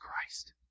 Christ